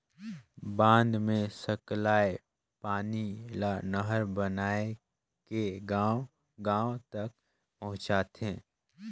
बांध मे सकलाए पानी ल नहर बनाए के गांव गांव तक पहुंचाथें